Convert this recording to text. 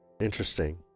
Interesting